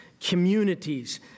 communities